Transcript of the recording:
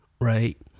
right